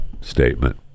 statement